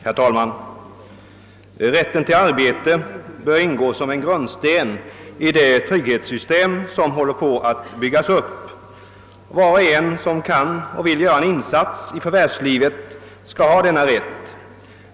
Herr talman! »Rätten till arbete för envar som vill och kan göra en insats i förvärvslivet måste enligt vår mening tillmätas den allra största betydelse.